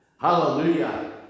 Hallelujah